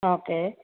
okay